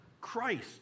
Christ